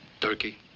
Turkey